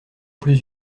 plus